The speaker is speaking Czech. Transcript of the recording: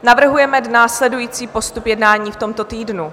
Navrhujeme následující postup jednání v tomto týdnu.